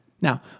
Now